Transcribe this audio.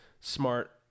smart